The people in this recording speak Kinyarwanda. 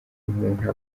umuntu